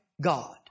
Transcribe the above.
God